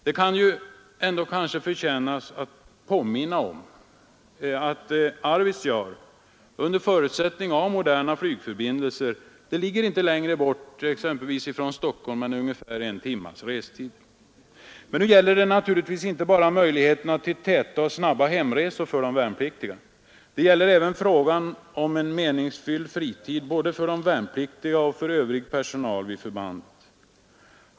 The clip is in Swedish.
Det kan förtjäna att påminna om att Arvidsjaur under förutsättning av moderna flygförbindelser inte ligger längre bort från exempelvis Stockholm än ca en timmes restid. Men nu gäller det naturligtvis inte bara möjligheter till täta och snabba 178 hemresor för de värnpliktiga. Det gäller även frågan om en meningsfylld fritid, både för de värnpliktiga och för övrig personal vid förbandet.